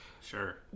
Sure